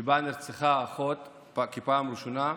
ונרצחה אחות בפעם הראשונה.